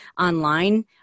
online